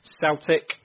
Celtic